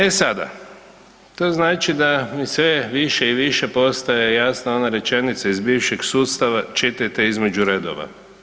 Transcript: E sada, to znači da mi sve više i više postaje jasna ona rečenica iz bivšeg sustava, čitajte između redova.